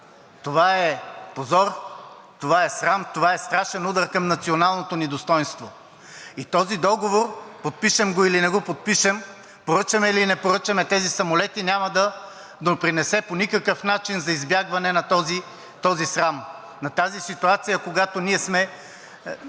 Това е позор, това е срам, това е страшен удар към националното ни достойнство. Този договор – подпишем ли го, или не го подпишем, поръчаме ли, или не поръчаме тези самолети, няма да допринесе по никакъв начин за избягване на този срам, на тази ситуация, когато ние сме